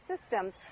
systems